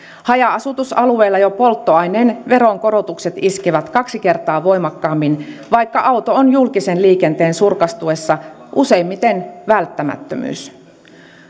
haja asutusalueilla jo polttoaineen veronkorotukset iskevät kaksi kertaa voimakkaammin vaikka auto on julkisen liikenteen surkastuessa useimmiten välttämättömyys